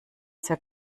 sehr